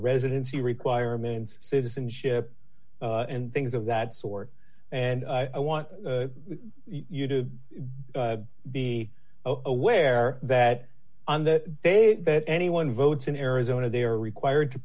residency requirements citizenship and things of that sort and i want you to be aware that on that d they that anyone votes in arizona they are required to